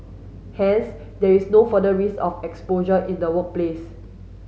hence there is no further risk of exposure in the workplace